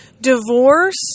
divorce